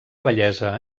bellesa